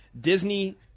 Disney